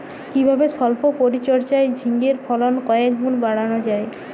কিভাবে সল্প পরিচর্যায় ঝিঙ্গের ফলন কয়েক গুণ বাড়ানো যায়?